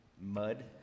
mud